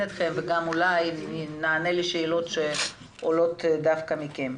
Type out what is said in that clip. אתכם וגם אולי נענה לשאלות שעולות דווקא מכם.